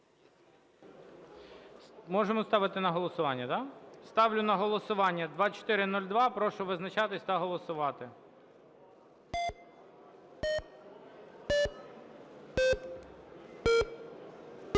Можемо ставити на голосування, так? Ставлю на голосування 2402. Прошу визначатись та голосувати.